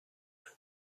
nous